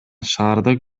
шаардык